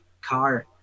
car